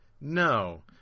No